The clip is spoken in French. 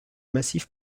massif